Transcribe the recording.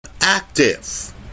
active